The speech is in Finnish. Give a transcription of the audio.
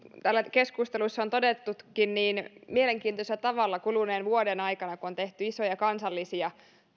täällä keskusteluissa on todettukin mielenkiintoisella tavalla kuluneen vuoden aikana kun on tehty isoja kansallisia